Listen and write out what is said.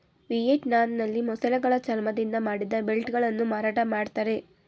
ವಿಯೆಟ್ನಾಂನಲ್ಲಿ ಮೊಸಳೆಗಳ ಚರ್ಮದಿಂದ ಮಾಡಿದ ಬೆಲ್ಟ್ ಗಳನ್ನು ಮಾರಾಟ ಮಾಡ್ತರೆ